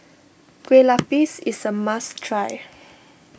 Kueh Lapis is a must try